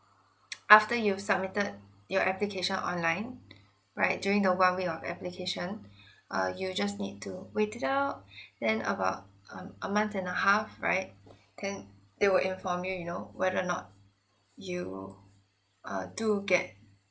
after you submitted your application online right during the one week of application uh you just need to wait it out then about um a month and a half right then they will inform you you know whether or not you uh do get